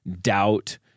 doubt